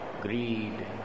greed